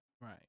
right